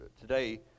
today